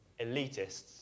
elitists